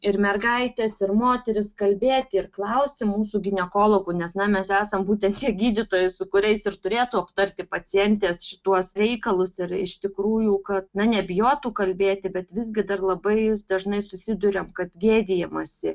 ir mergaites ir moteris kalbėti ir klausti mūsų ginekologų nes na mes esam būtent šie gydytojai su kuriais ir turėtų aptarti pacientės šituos reikalus ir iš tikrųjų kad na nebijotų kalbėti bet visgi dar labai dažnai susiduriam kad gėdijamasi